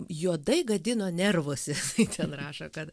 juodai gadino nervus jisai ten rašo kad